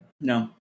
No